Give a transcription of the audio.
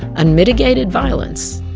unmitigated violence.